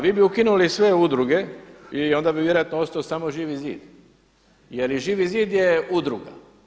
Vi bi ukinuli sve udruge i onda bi vjerojatno ostao samo Živi zid, jer i Živi zid je udruga.